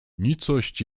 nicość